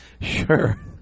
Sure